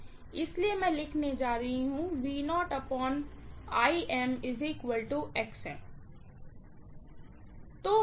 इसलिए मैं लिखने जा रही हूँ के बराबर है